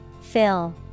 Fill